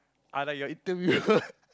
I like your interviewer